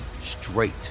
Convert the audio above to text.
straight